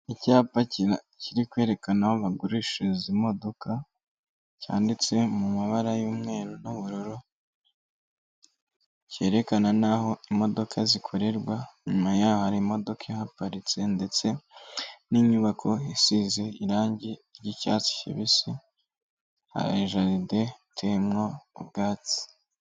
Icyapa kiri kwerekana aho bagurishiriza imodoka cyanditse mu mabara y'umweru n'ubururu, cyerekana n'aho imodoka zikorerwa, nyuma y'aho hari imodoka ihaparitse ndetse n'inyubako isize irangi ry'icyatsi kibisi hari jaride iteyemo ubwatsi.